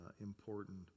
important